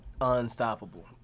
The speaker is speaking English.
Unstoppable